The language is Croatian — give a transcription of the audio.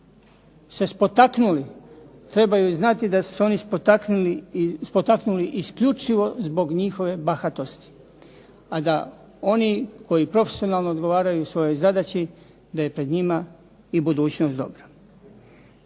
se spotaknuli trebaju znati da su se oni spotaknuli isključivo zbog njihove bahatosti. A da oni koji profesionalno odgovaraju svojoj zadaći da je pred njima i budućnost dobra.